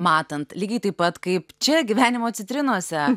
matant lygiai taip pat kaip čia gyvenimo citrinose